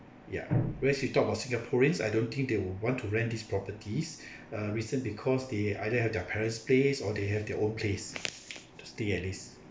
ya where as you talk about singaporeans I don't think they will want to rent these properties uh reason because they either have their parents' place or they have their own place to stay at least